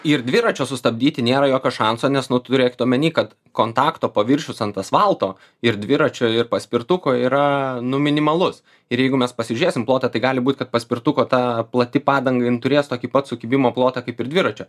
ir dviračio sustabdyti nėra jokio šanso nes nu turėkit omeny kad kontakto paviršius ant asfalto ir dviračio ir paspirtuko yra nu minimalus ir jeigu mes pasižiūrėsim plotą tai gali būt kad paspirtuko ta plati padanga jin turės tokį pat sukibimo plotą kaip ir dviračio